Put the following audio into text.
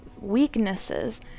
weaknesses